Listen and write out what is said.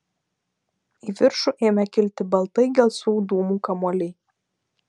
į viršų ėmė kilti baltai gelsvų dūmų kamuoliai